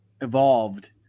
evolved